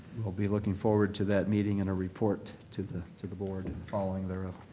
we'll be looking forward to that meeting and a report to the to the board following thereof.